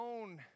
own